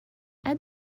add